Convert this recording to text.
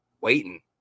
waiting